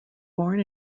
born